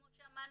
כמו שאמרנו,